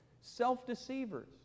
self-deceivers